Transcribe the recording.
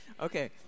okay